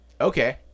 okay